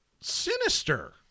sinister